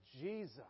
Jesus